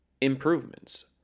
Improvements